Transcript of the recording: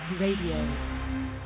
Radio